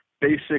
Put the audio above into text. basic